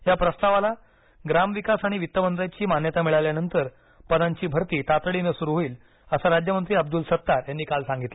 या प्रस्तावाला ग्रामविकास आणि वित्तमंत्र्यांची मान्यता मिळाल्यानंतर पदांची भरती तातडीनं सुरू होईल असे राज्यमंत्री अब्दूल सत्तार यांनी काल सांगितलं